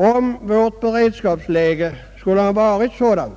Om värt beredskapsläge skulle vara det